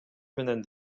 менен